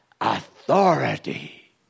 authority